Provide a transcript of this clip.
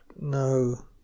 no